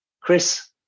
Chris